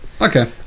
Okay